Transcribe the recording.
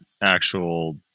actual